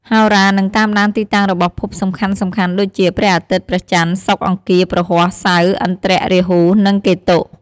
ហោរានឹងតាមដានទីតាំងរបស់ភពសំខាន់ៗដូចជា ព្រះអាទិត្យ ព្រះច័ន្ទ សុក្រ អង្គារ ព្រហស្បតិ៍ សៅរ៍ ឥន្ទ្រ រាហ៊ូ និងកេតុ។